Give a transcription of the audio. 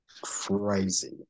crazy